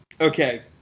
Okay